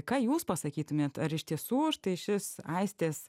ką jūs pasakytumėt ar iš tiesų štai šis aistės